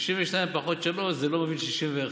62 פחות שלוש זה לא מביא ל-61.